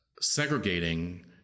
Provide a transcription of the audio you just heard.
segregating